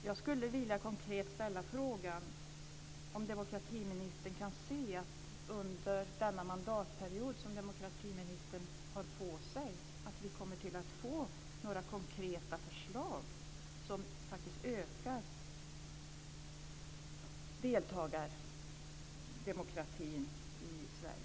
Jag skulle vilja ställa den konkreta frågan om demokratiministern kan se att vi under den mandatperiod som demokratiministern har på sig får konkreta förslag som är sådana att deltagardemokratin i Sverige faktiskt ökar.